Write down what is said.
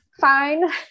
fine